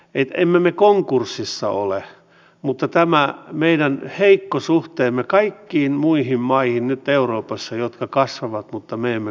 emme me konkurssissa ole mutta tämä meidän heikko suhteemme kaikkiin muihin kireä taloustilanne vaatii innovatiivisuutta ennakkoluulottomuutta sekä myös vastuunottoa